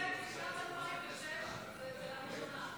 הצעת ועדת הכנסת לבחור את חברי הכנסת ניסים ואטורי,